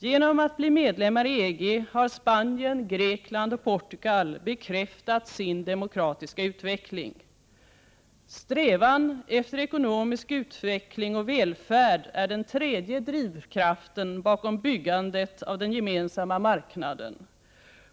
Genom att bli medlemmar i EG, har Spanien, Grekland och Portugal bekräftat sin demokratiska utveckling. Strävan efter ekonomisk utveckling och välfärd är den tredje drivkraften bakom byggandet av den gemensamma marknaden.